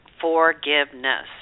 forgiveness